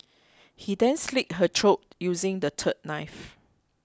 he then slit her throat using the third knife